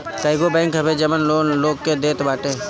कईगो बैंक हवे जवन लोन लोग के देत बाटे